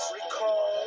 recall